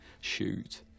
shoot